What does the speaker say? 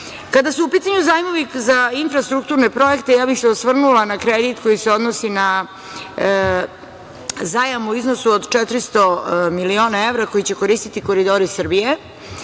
su u pitanju zajmovi za infrastrukturne projekte ja bih se osvrnula na kredit koji se odnosi na zajam u iznosu od 400 miliona evra koji će koristiti koridori Srbije,